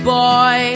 boy